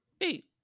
eight